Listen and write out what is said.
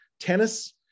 tennis